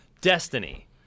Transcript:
Destiny